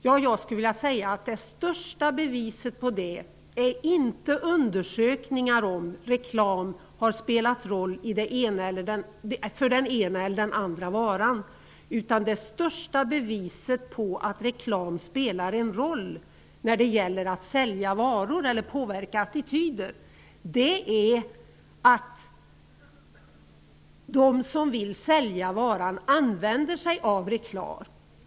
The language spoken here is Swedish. Ja, jag skulle vilja säga att det största beviset på det är inte undersökningar om reklam har spelat roll för den ena eller andra varan, utan det största beviset på att reklam spelar en roll när det gäller att sälja varor eller påverka attityder är att de som vill sälja varan använder sig av reklam.